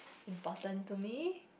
important to me